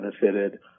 benefited